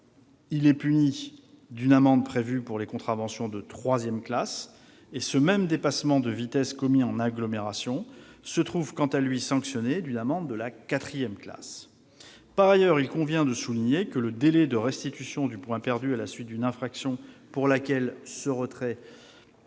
puni d'une amende prévue pour les contraventions de troisième classe, d'un même dépassement de vitesse en agglomération, sanctionné, quant à lui, d'une amende de quatrième classe. Par ailleurs, il convient de souligner que le délai de restitution du point perdu à la suite d'une infraction pour laquelle ce retrait est